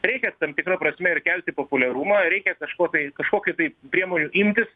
reikia tam tikra prasme ir kelti populiarumą reikia kažko tai kažkokių tai priemonių imtis